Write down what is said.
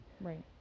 Right